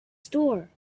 store